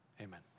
amen